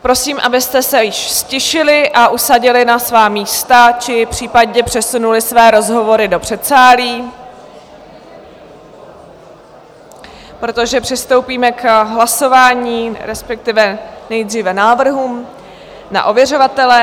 Prosím, abyste se již ztišili a usadili na svá místa, či případně přesunuli své rozhovory do předsálí, protože přistoupíme k hlasování, respektive nejdříve návrhům na ověřovatele.